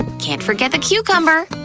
can't forget the cucumber!